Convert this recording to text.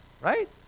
right